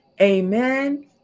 Amen